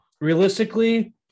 realistically